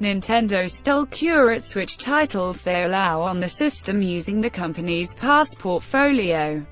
nintendo still curates which titles they allow on the system, using the company's past portfolio